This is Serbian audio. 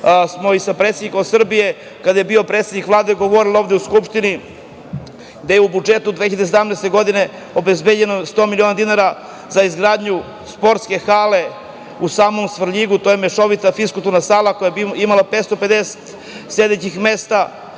godine sa predsednikom Srbije, kada je bio predsednik Vlade, govorili ovde u Skupštini da je u budžetu 2017. godine obezbeđeno 100 miliona dinara za izgradnju sportske hale u samom Svrljigu. To je mešovita fiskulturna sala koja bi imala 550 sedećih mesta,